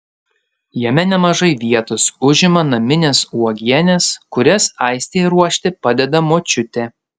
jame nemažai vietos užima naminės uogienės kurias aistei ruošti padeda močiutė